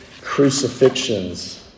crucifixions